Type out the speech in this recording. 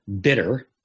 bitter